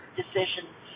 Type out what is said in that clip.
decisions